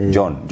John